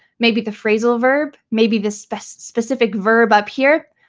maybe the phrasal verb, maybe the specific specific verb up here.